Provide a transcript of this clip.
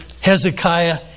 Hezekiah